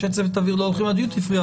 אנשי צוות אוויר לא הולכים לדיוטי פרי,